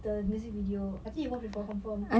the music video I think you watch before confirm